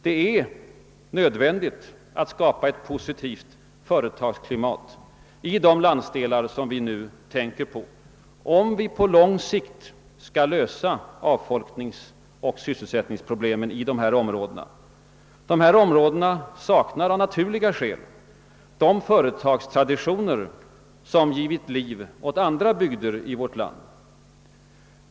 Det är nödvändigt att skapa ett positivt företagsklimat i de landsdelar som vi här närmast tänker på, om vi på lång sikt skall kunna lösa avfolkningsoch sysselsättningsproble men i dessa områden, som av naturliga skäl saknar de företagstraditioner som givit liv åt andra bygder i vårt land.